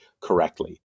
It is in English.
correctly